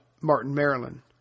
Martin-Maryland